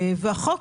והחוק